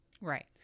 Right